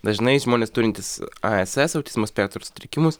dažnai žmonės turintys ass autizmo spektro sutrikimus